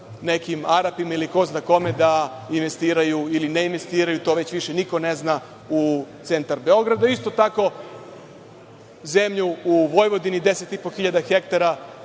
nekim Arapima ili ko zna kome da investiraju ili ne investiraju, to već više niko ne zna, u centar Beograda. Isto tako, zemlju u Vojvodini, 10,5 hiljada